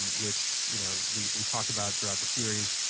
um which you know we we talk about throughout the series.